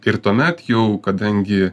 ir tuomet jau kadangi